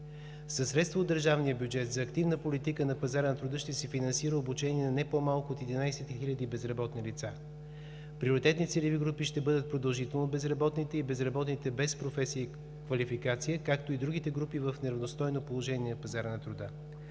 Със средства от държавния бюджет за активна политика на пазара на труда ще се финансира обучение на не по-малко от 11 хиляди безработни лица. Приоритетни целеви групи ще бъдат продължително безработните и безработните без професия и квалификация, както и другите групи в неравностойно положение на пазара на труда.